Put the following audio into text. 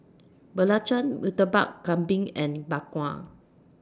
Belacan Murtabak Kambing and Bak Kwa